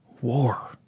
War